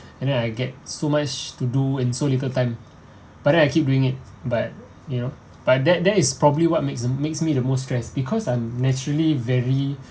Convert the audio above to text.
and then I get so much to do in so little time but then I keep doing it but you know but that there is probably what makes uh makes me the most stress because I'm naturally very